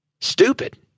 stupid